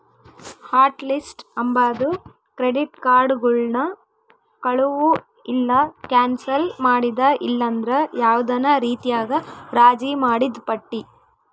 hot list ಅಂಬಾದು credit ಕಾರ್ಡುಗುಳ್ನ ಕಳುವು ಇಲ್ಲ ಕ್ಯಾನ್ಸಲ್ ಮಾಡಿದ ಇಲ್ಲಂದ್ರ ಯಾವ್ದನ ರೀತ್ಯಾಗ ರಾಜಿ ಮಾಡಿದ್ ಪಟ್ಟಿ